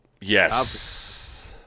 Yes